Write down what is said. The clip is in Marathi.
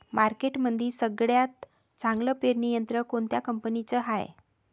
मार्केटमंदी सगळ्यात चांगलं पेरणी यंत्र कोनत्या कंपनीचं हाये?